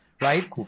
Right